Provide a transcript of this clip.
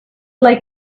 like